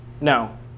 no